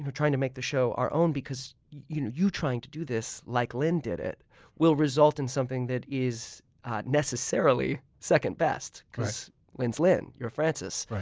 trying to make the show our own because you trying to do this like lynne did it will result in something that is necessarily second-best because lynne's lynne. you're francis.